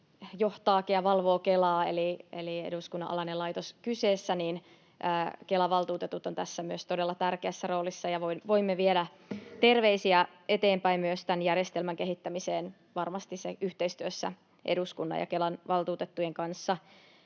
johtaa ja valvoo Kelaa. Eli kun eduskunnan alainen laitos on kyseessä, niin Kelan valtuutetut ovat tässä todella tärkeässä roolissa, ja voimme viedä terveisiä eteenpäin myös tämän järjestelmän kehittämisestä varmasti yhteistyössä eduskunnan ja Kelan valtuutettujen kanssa.